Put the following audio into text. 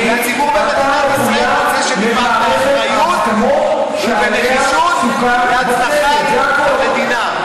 והציבור במדינת ישראל רוצה שננהג באחריות ובנחישות להצלחת המדינה,